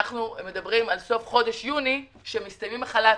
ומדברים על סוף חודש יוני לסיום החל"ת.